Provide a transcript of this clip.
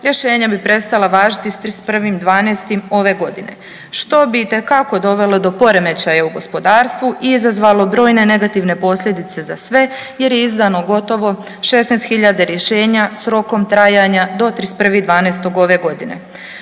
rješenja bi prestala važiti s 31.12. ove godine, što bi itekako dovelo do poremećaja u gospodarstvu i izazvalo brojne negativne posljedice za sve jer je izdano gotovo 16.000 rješenja s rokom trajanja do 31.12. ove godine.